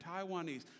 Taiwanese